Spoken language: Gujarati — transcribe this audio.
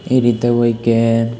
એ રીતે હોય કે